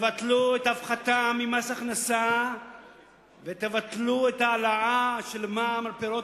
תבטלו את ההפחתה במס הכנסה ותבטלו את המע"מ על פירות